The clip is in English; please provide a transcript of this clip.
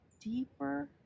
deeper